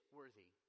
worthy